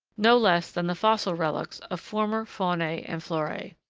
no less than the fossil relics of former faunae and florae.